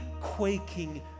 quaking